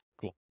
Cool